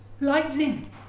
lightning